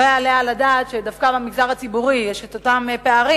לא יעלה על הדעת שדווקא במגזר הציבורי יש את אותם פערים,